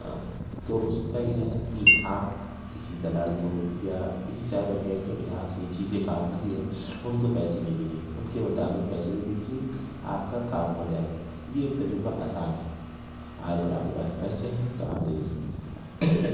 تو اس کا یہ ہے کہ آپ کسی دلال کو یا کسی سائبر کیفے پہ جہاں سے یہ چیزیں کام ہوتی ہیں ان کو پیسے دے دیجیے ان کے مطابق پیسے دے دیجیے آپ کا کام ہو جائے گا یہ تجربہ آسان ہے ہاں اگر آپ کے پاس پیسے ہیں تو آپ دے دیجیے